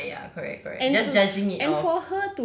ya ya correct correct that's judging it off